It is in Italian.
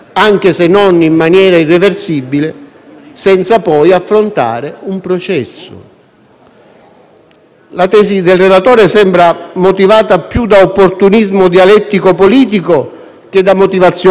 La tesi del relatore sembra motivata più da opportunismo dialettico-politico che da motivazioni giuridiche, alle quali il Senato deve invece rigorosamente attenersi.